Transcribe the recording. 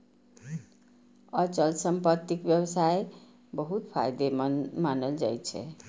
अचल संपत्तिक व्यवसाय बहुत फायदेमंद मानल जाइ छै